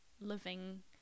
living